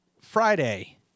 Friday